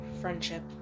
friendship